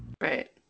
Right